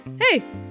Hey